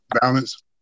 balance